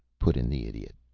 put in the idiot.